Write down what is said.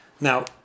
Now